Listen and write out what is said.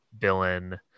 villain